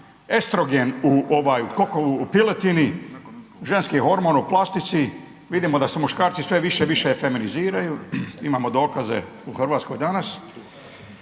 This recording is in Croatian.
estrogen u ova u piletini, ženski hormon u plastici, vidimo da se muškarci sve više i više feminiziraju, imamo dokaze u Hrvatskoj danas.